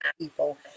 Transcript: people